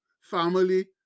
family